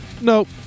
Nope